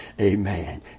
Amen